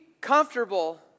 comfortable